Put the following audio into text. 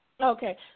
Okay